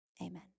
Amen